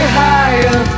higher